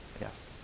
yes